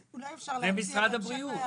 זה משרד הבריאות.